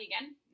again